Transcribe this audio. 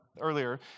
earlier